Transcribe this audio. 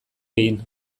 egin